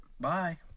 Bye